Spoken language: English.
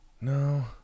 No